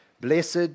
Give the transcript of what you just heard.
Blessed